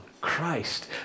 Christ